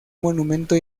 monumento